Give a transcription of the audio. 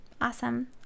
Awesome